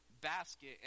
basket